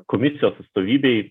komisijos atstovybei